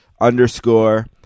underscore